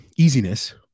Easiness